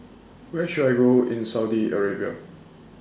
Where should I Go in Saudi Arabia